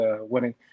winning